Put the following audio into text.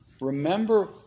remember